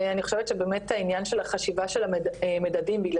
אני חושבת שבאמת עניין של החשיבה של המדדים בגלל